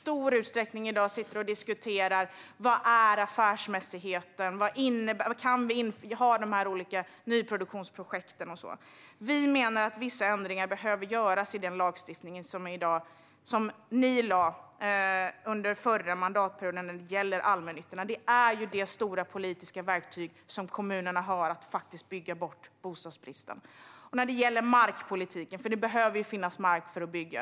Här diskuteras i dag affärsmässighet och om man kan ha olika nyproduktionsprojekt. Vi menar att vissa ändringar behöver göras i dagens lagstiftning för allmännyttan - den lagstiftning som ni lade fram under förra mandatperioden. Det är ju det stora politiska verktyg som kommunerna har för att bygga bort bostadsbristen. Det behöver finnas mark för att bygga.